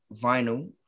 vinyl